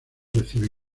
recibe